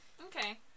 Okay